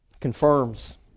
confirms